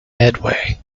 medway